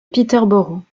peterborough